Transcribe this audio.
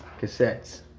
Cassettes